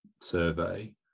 survey